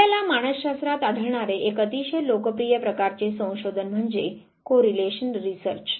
आपल्याला मानस शास्त्रात आढळणारे एक अतिशय लोकप्रिय प्रकारचे संशोधन म्हणजे को रिलेशन रिसर्च